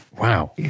wow